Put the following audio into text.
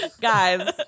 Guys